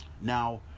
Now